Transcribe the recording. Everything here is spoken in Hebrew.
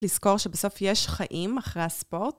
לזכור שבסוף יש חיים אחרי הספורט.